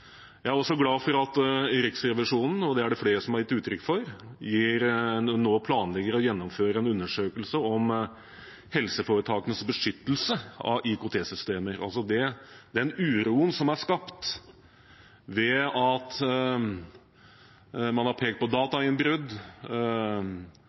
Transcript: Jeg er også glad for at Riksrevisjonen – og det er det flere som har gitt uttrykk for – nå planlegger å gjennomføre en undersøkelse om helseforetakenes beskyttelse av IKT-systemer. Den uroen som er skapt ved at man har pekt på